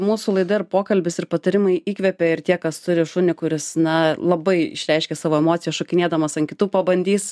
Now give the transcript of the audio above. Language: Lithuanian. mūsų laida ir pokalbis ir patarimai įkvėpė ir tie kas turi šunį kuris na labai išreiškia savo emocijas šokinėdamas ant kitų pabandys